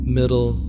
middle